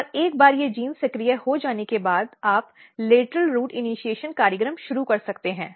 और एक बार ये जीन सक्रिय हो जाने के बाद आप लेटरल रूट इनिशीएशन कार्यक्रम शुरू कर सकते हैं